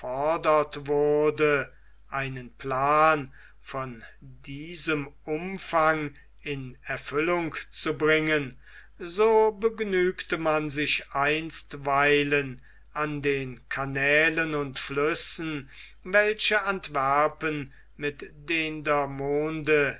einen plan von diesem umfang in erfüllung zu bringen so begnügte man sich einstweilen an den kanälen und flüssen welche antwerpen mit